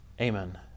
amen